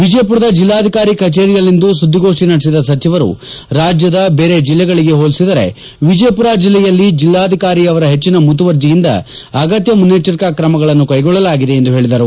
ವಿಜಯಪುರದ ಜಿಲ್ಲಾಧಿಕಾರಿ ಕಚೇರಿಯಲ್ಲಿಂದು ಸುದ್ದಿಗೋಷ್ಠಿ ನಡೆಸಿದ ಸಚಿವರು ರಾಜ್ಯದ ಬೇರೆ ಜಿಲ್ಲೆಗಳಿಗೆ ಹೋಲಿಸಿದರೆ ವಿಜಯಪುರ ಜಿಲ್ಲೆಯಲ್ಲಿ ಜಿಲ್ಲಾಧಿಕಾರಿಯವರ ಹೆಚ್ಚಿನ ಮುತುವರ್ಜಿಯಿಂದ ಅಗತ್ಯ ಮುನ್ನೆಚ್ಚರಿಕೆ ಕ್ರಮಗಳನ್ನು ಕೈಗೊಳ್ಳಲಾಗಿದೆ ಎಂದು ಹೇಳಿದರು